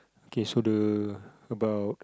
K so the about